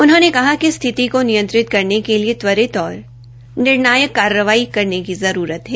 उन्होंने कहा कि स्थिति को नियंत्रित करने के लिए त्वरित और निर्णायक कार्रवाई करने की जरूरत है